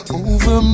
over